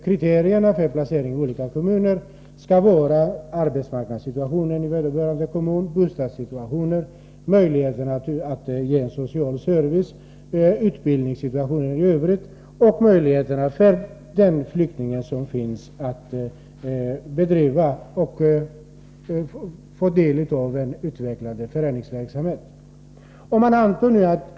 Kriterierna för placeringen i olika kommuner skall vara vederbörande kommuns arbetsmarknadssituation, bostadssituation, utbildningssituation och möjligheter att ge en social service samt möjligheterna för flyktingen att bedriva och få del av en utvecklad föreningsverksamhet.